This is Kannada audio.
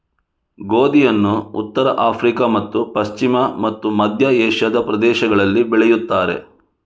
ಗೋಧಿಯನ್ನು ಉತ್ತರ ಆಫ್ರಿಕಾ ಮತ್ತು ಪಶ್ಚಿಮ ಮತ್ತು ಮಧ್ಯ ಏಷ್ಯಾದ ಪ್ರದೇಶಗಳಲ್ಲಿ ಬೆಳೆಯುತ್ತಾರೆ